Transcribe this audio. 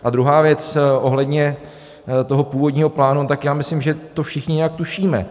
A druhá věc ohledně toho původního plánu, já myslím, že to všichni nějak tušíme.